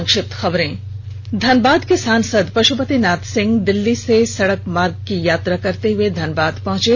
संक्षिप्त खबरें धनबाद के सांसद पशुपति नाथ सिंह दिल्ली से सड़क मार्ग की यात्रा करते हुए धनबाद पहुंचे